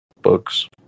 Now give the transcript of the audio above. books